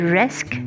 risk